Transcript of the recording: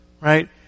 right